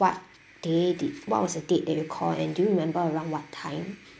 what day did what was a date that you called and do you remember around what time